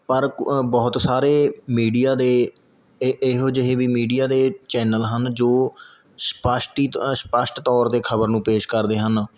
ਪਰ ਕੁ ਬਹੁਤ ਸਾਰੇ ਮੀਡੀਆ ਦੇ ਏ ਇਹੋ ਜਿਹੇ ਵੀ ਮੀਡੀਆ ਦੇ ਚੈਨਲ ਹਨ ਜੋ ਸਪਸ਼ਟੀ ਸਪਸ਼ਟ ਤੌਰ 'ਤੇ ਖਬਰ ਨੂੰ ਪੇਸ਼ ਕਰਦੇ ਹਨ